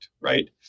Right